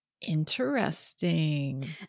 Interesting